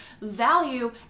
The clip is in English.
Value